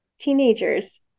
teenagers